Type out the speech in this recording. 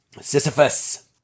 Sisyphus